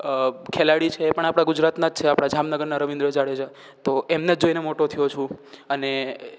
ખેલાડી છે એ પણ આપણા ગુજરાતના છે આપણા જામનગરના રવિન્દ્ર જાડેજા તો એમને જોઈને મોટો થયો છું અને